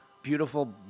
Beautiful